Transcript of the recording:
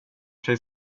sig